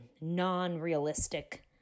non-realistic